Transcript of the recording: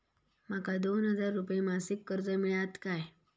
माका दोन हजार रुपये मासिक कर्ज मिळात काय?